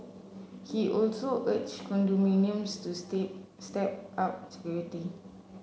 he also urged condominiums to step up security